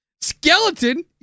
Skeleton